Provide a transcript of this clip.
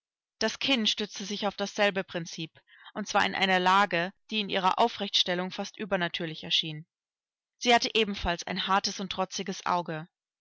das kinn stützte sich auf dasselbe prinzip und zwar in einer lage die in ihrer aufrechtstellung fast übernatürlich erschien sie hatte ebenfalls ein hartes und trotziges auge